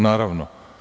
Naravno.